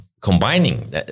combining